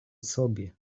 sobie